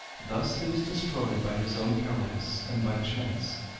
thus he was destroyed by his own cowardice and by chance,